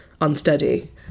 unsteady